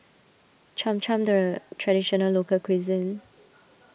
Cham Cham Traditional Local Cuisine